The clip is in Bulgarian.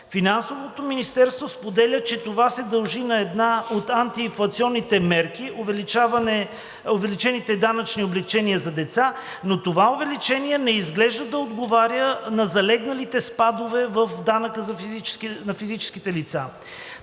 Финансовото министерство споделя, че това се дължи на една от антиинфлационните мерки, увеличените данъчни облекчения за деца, но това увеличение не изглежда да отговаря на залегналите спадове в данъка на физическите лица.